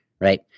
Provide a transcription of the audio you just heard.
right